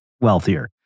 wealthier